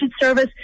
service